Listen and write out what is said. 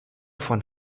von